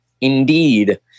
indeed